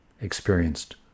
experienced